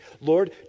Lord